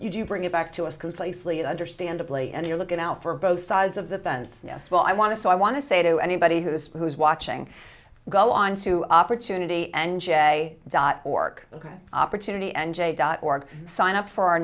bring it back to us completely understandably and you're looking out for both sides of the fence yes well i want to so i want to say to anybody who's who's watching go onto opportunity n g a dot org opportunity n j dot org sign up for our